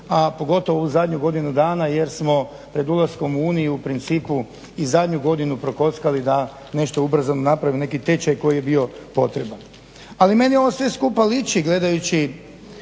pogotovo ovu zadnju godinu dana jer smo pred ulaskom u Uniju u principu i zadnju godinu prokockali da nešto ubrzano napravimo, neki tečaj koji je bio potreban. Ali meni ovo sve skupa liči gledajući